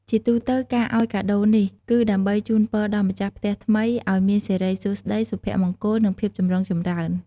ជាទូទៅ ការឲ្យកាដូនេះ គឺដើម្បីជូនពរដល់ម្ចាស់ផ្ទះថ្មី ឲ្យមានសិរីសួស្តី សុភមង្គល និងភាពចម្រុងចម្រើន។